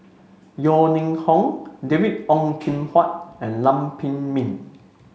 Yeo Ning Hong David Ong Kim Huat and Lam Pin Min